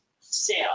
sale